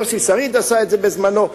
יוסי שריד עשה את זה בזמנו,